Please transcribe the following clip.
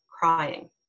crying